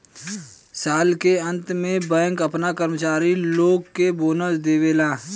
साल के अंत में बैंक आपना कर्मचारी लोग के बोनस देवेला